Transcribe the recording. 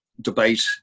debate